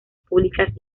públicas